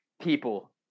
people